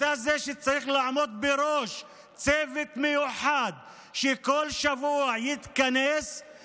אתה זה שצריך לעמוד בראש צוות מיוחד שיתכנס בכל שבוע כדי